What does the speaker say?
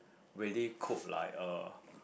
really cook like uh